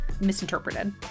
misinterpreted